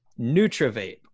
Nutravape